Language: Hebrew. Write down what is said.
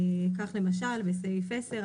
כך למשל בסעיף 10,